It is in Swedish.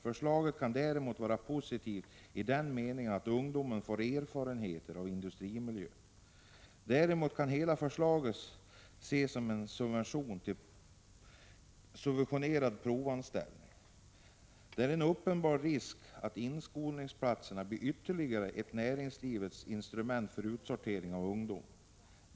Förslaget kan däremot vara positivt i den meningen att ungdomen får erfarenheter av industrimiljö. Hela förslaget kan emellertid ses som ett förslag om subventionerad provanställning. Det är en uppenbar risk för att inskolningsplatserna blir ytterligare ett näringslivets instrument för utsortering av ungdomar.